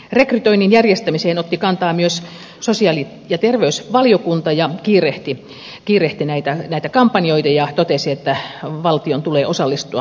rekrytoinnin järjestämiseen otti kantaa myös sosiaali ja terveysvaliokunta ja kiirehti näitä kampanjoita ja totesi että valtion tulee osallistua niihin